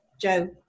Joe